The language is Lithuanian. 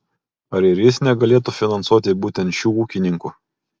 ar ir jis negalėtų finansuoti būtent šių ūkininkų